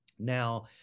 Now